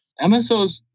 MSOs